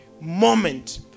moment